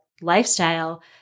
lifestyle